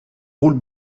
roule